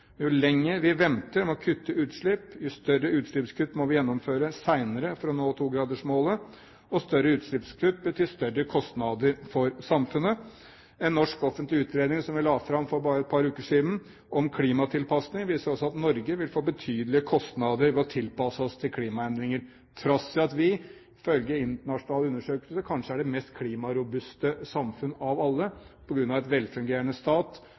Jo lenger vi venter med å kutte utslipp, jo større utslippskutt må vi gjennomføre senere for å nå togradersmålet. Større utslippskutt betyr større kostnader for samfunnet. En norsk offentlig utredning om klimatilpasning, som vi la fram for bare et par uker siden, viser også at Norge vil få betydelige kostnader med å tilpasse seg klimaendringer, trass i at vi ifølge internasjonale undersøkelser kanskje er det mest klimarobuste samfunn av alle, på grunn av en velfungerende stat